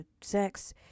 sex